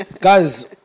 guys